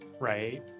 right